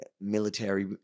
military